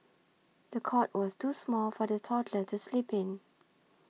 the cot was too small for the toddler to sleep in